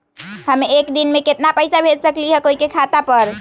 हम एक दिन में केतना पैसा भेज सकली ह कोई के खाता पर?